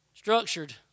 structured